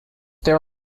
there